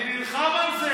אני נלחם על זה.